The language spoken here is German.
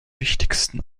wichtigsten